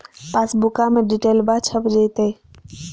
पासबुका में डिटेल्बा छप जयते?